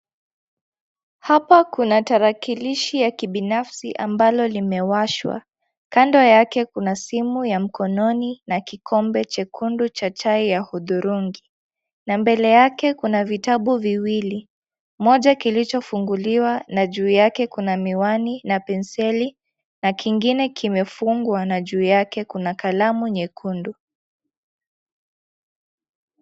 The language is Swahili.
Hapa kuna tarakilishi ya kibinafsi ambalo limewashwa, kando yake kuna simu ya mkononi na kikombe chekundu cha chai ya hudhurungi, na mbele yake kuna vitabu viwili, moja kilicho funguliwa na juu yake kuna miwani na penseli na kingine kimefungwa na juu yake kuna kalamu nyekundu.